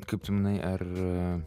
kaip tu manai ar